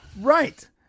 Right